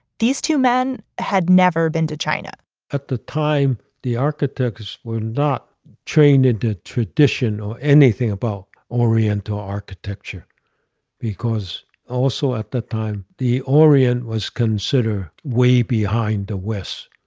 these two men had never been to china at the time, the architects were not trained into tradition or anything about oriental architecture because also at the time the orient was considered way behind the west.